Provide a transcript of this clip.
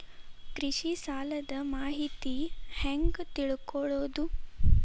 ಕೃಷಿ ಸಾಲದ ಮಾಹಿತಿ ಹೆಂಗ್ ತಿಳ್ಕೊಳ್ಳೋದು?